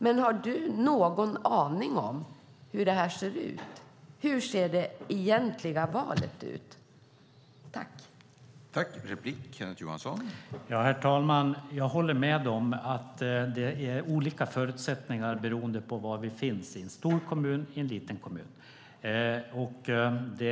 Men har du någon aning om hur det egentliga valet ser ut?